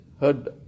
heard